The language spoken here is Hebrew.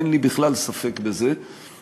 אין לי בכלל ספק בזה,